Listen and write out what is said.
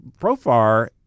Profar